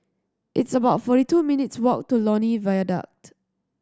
it's about forty two minutes' walk to Lornie Viaduct